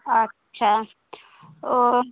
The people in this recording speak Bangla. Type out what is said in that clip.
আচ্ছা ও